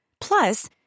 Plus